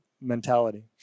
mentality